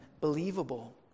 believable